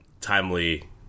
timely